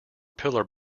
pillar